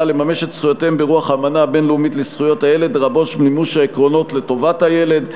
לממש את זכויותיהם ברוח האמנה הבין-לאומית בדבר זכויות הילד,